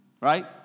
Right